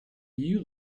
you